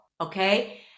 Okay